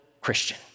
Christian